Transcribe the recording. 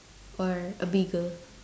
or a beagle